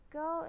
go